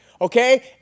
Okay